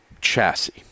chassis